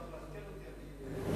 לעדכן אותי,